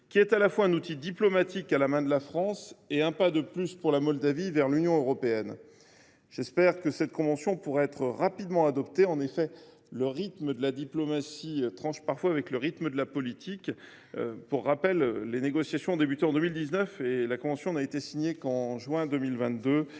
qui est à la fois un outil diplomatique à la main de la France et un pas de plus vers l’Union européenne pour la Moldavie. J’espère que cette convention pourra être rapidement adoptée. En effet, le rythme de la diplomatie tranche parfois avec celui de la politique. Je rappelle ainsi que les négociations ont débuté en 2019 et que la convention n’a été signée qu’en juin 2022.